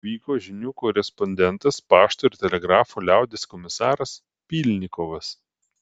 vyko žinių korespondentas pašto ir telegrafo liaudies komisaras pylnikovas